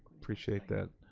appreciate that.